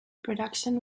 production